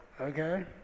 Okay